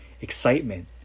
excitement